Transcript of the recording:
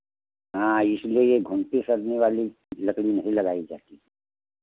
हाँ इसलिए यह घूमती सड़ने वाली लकड़ी नहीं लगाई जाती है